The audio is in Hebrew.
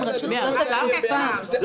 לא